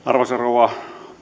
arvoisa rouva